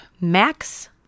Max